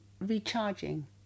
recharging